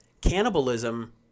cannibalism